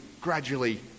gradually